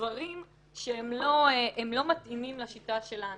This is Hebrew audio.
דברים שלא מתאימים לשיטה שלנו.